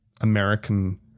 American